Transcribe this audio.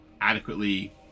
adequately